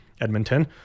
Edmonton